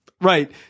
Right